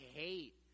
hate